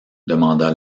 demanda